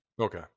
Okay